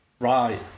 Right